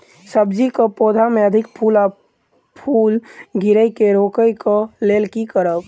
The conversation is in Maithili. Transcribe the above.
सब्जी कऽ पौधा मे अधिक फूल आ फूल गिरय केँ रोकय कऽ लेल की करब?